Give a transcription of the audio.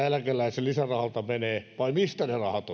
eläkeläisen lisärahasta menee vai mistä ne rahat